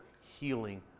healing